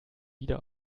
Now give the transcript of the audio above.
wieder